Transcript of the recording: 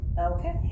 Okay